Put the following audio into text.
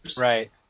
right